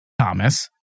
Thomas